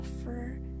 offer